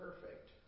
perfect